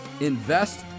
Invest